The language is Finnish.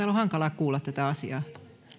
on hankala kuulla tätä asiaa